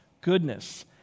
goodness